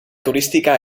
turística